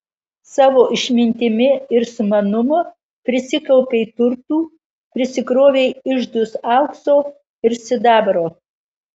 savo išmintimi ir sumanumu prisikaupei turtų prisikrovei iždus aukso ir sidabro